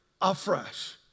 afresh